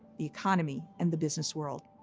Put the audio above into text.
the economy, and the business world.